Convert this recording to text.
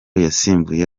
yasimbuye